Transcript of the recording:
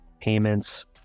payments